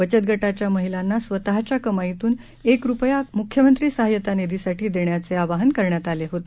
बचत गाच्या महिलांना स्वतःच्या कमाईतून एक रुपया मुख्यमंत्री सहायता निधीसाठी देण्याचे आवाहन करण्यात आले होते